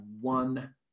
one